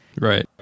Right